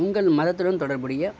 உங்கள் மதத்துடன் தொடர்புடைய